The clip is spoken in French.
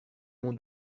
mon